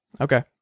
Okay